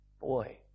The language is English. boy